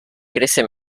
crece